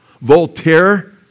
Voltaire